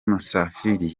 musafiri